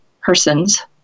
persons